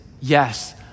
yes